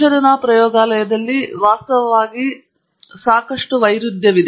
ಸಂಶೋಧನಾ ಪ್ರಯೋಗಾಲಯದಲ್ಲಿ ವಾಸ್ತವವಾಗಿ ಸಾಕಷ್ಟು ವಿರುದ್ಧವಾಗಿದೆ